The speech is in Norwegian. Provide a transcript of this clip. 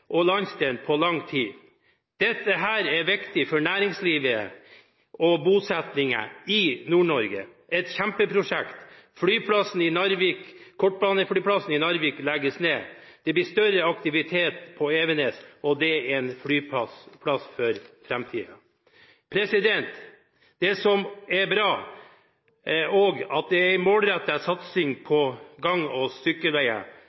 og landsdelen på lang tid. Dette er viktig for næringslivet og bosettingen i Nord-Norge. Et kjempeprosjekt. Kortbaneflyplassen i Narvik legges ned. Det blir større aktivitet på Evenes, som er en flyplass for framtiden. Det som er bra, er at det er målrettet satsing på